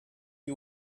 you